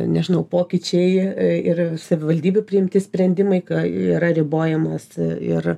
nežinau pokyčiai ir savivaldybių priimti sprendimai ką yra ribojamas ir